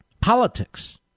Politics